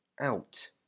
out